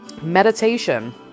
Meditation